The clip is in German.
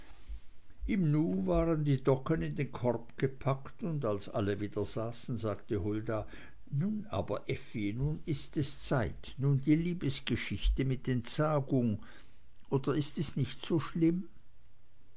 im nu waren die docken in den korb gepackt und als alle wieder saßen sagte hulda nun aber effi nun ist es zeit nun die liebesgeschichte mit entsagung oder ist es nicht so schlimm